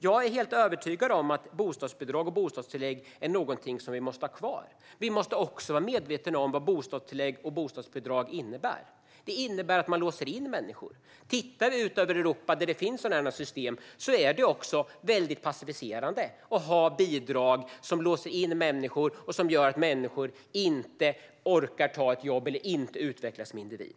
Jag är helt övertygad om att bostadsbidrag och bostadstillägg är någonting som vi måste ha kvar. Vi måste också vara medvetna om vad bostadstillägg och bostadsbidrag innebär, nämligen att man låser in människor. Tittar vi ut över Europa, där det finns sådana här system, ser vi att det är väldigt passiviserande med bidrag som låser in människor. Det gör att människor inte orkar ta ett jobb och inte utvecklas som individer.